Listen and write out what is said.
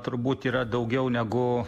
turbūt yra daugiau negu